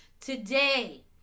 today